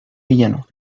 villano